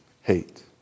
hate